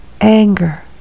anger